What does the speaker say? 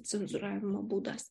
cenzūravimo būdas